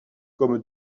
comme